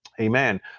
amen